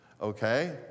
Okay